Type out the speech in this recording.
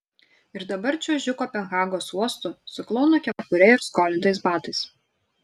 ir dabar čiuožiu kopenhagos uostu su klouno kepure ir skolintais batais